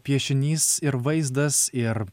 piešinys ir vaizdas ir